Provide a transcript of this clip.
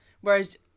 whereas